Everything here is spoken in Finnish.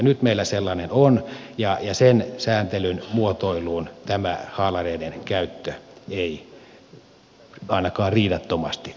nyt meillä sellainen on ja sen sääntelyn muotoiluun tämä haalareiden käyttö ei ainakaan riidattomasti istu